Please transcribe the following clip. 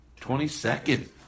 22nd